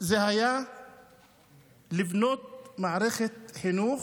היה לבנות מערכת חינוך,